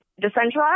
decentralized